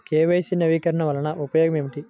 KYC నవీకరణ వలన ఉపయోగం ఏమిటీ?